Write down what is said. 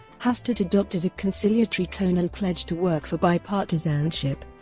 hastert adopted a conciliatory tone and pledged to work for bipartisanship,